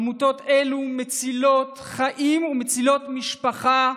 עמותות אלו מצילות חיים ומצילות משפחה.